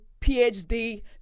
phd